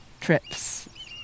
trips